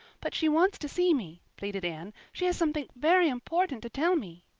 but she wants to see me, pleaded anne. she has something very important to tell me.